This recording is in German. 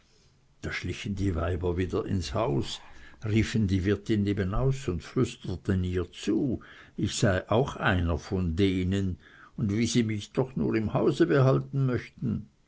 da schlichen die weiber wieder ins haus riefen die wirtin neben aus und flüsterten ihr zu ich sei auch einer von denen und wie sie mich doch nur im hause behalten möchten